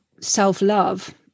self-love